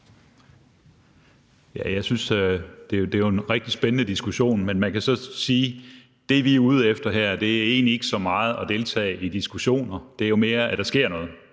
Jeg synes, det er en rigtig spændende diskussion. Men man kan så sige: Det, vi er ude efter her, er egentlig ikke så meget at deltage i diskussioner. Det er mere, at der sker noget,